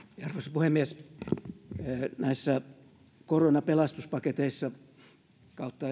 puhemies näissä koronapelastuspaketeissa kautta